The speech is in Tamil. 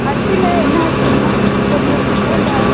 அரிசியில் என்ன அரிசிங்க மேம் பொன்னி அரிசிங்களா இல்லை